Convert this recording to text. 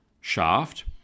shaft